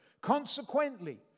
Consequently